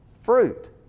fruit